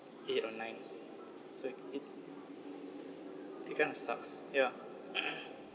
eight or nine so it it kind of sucks ya